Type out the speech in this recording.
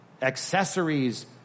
Accessories